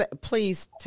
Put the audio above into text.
please